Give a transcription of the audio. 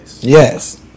Yes